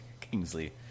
Kingsley